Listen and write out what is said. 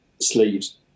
sleeves